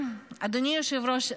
אדוני היושב-ראש,